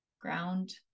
ground